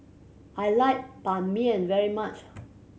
I like Banh Mi very much